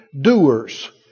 doers